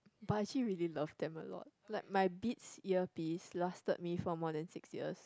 but I actually really love them a lot like my beats earpiece lasted me for more than six years